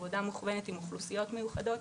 עבודה מוכוונת עם אוכלוסיות מיוחדות,